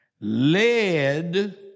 led